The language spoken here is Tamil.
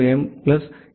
M plus E